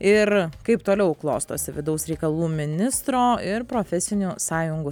ir kaip toliau klostosi vidaus reikalų ministro ir profesinių sąjungų